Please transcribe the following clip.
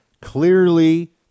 clearly